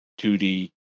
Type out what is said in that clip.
2D